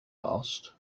asked